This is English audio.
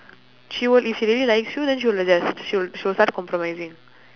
she will if she really likes you then she will adjust she'll she will start compromising